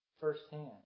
firsthand